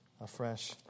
afresh